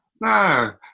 No